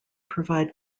provide